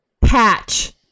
Patch